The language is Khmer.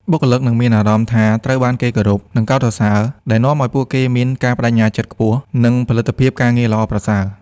បុគ្គលិកនឹងមានអារម្មណ៍ថាត្រូវបានគេគោរព និងកោតសរសើរ ដែលនាំឱ្យពួកគេមាន ការប្ដេជ្ញាចិត្តខ្ពស់ និង ផលិតភាពការងារល្អប្រសើរ។